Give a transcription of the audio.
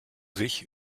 sich